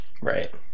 Right